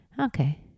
Okay